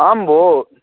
आं भो